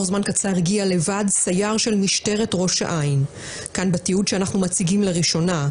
אחריו לסדר היום היא שאנחנו רואים אל מול העיניים